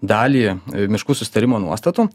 dalį miškų susitarimo nuostatų